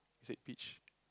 is it peach